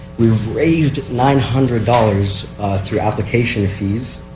we raised nine hundred dollars through application fees.